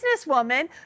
businesswoman